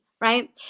right